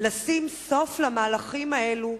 לשים סוף למהלכים האלה,